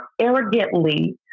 arrogantly